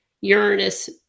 Uranus